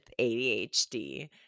ADHD